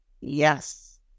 Yes